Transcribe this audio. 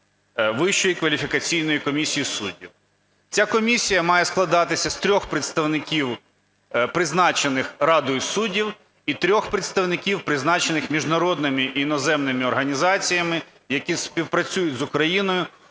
Вищої кваліфікаційної комісії суддів. Ця комісія має складатися з 3 представників, призначених Радою суддів і 3 представників призначених міжнародними іноземними організаціями, які співпрацюють з Україною